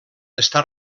està